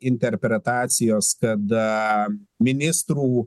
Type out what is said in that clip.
interpretacijos kad ministrų